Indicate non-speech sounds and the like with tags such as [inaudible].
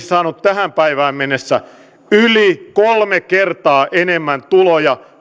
[unintelligible] saanut tähän päivään mennessä yli kolme kertaa enemmän tuloja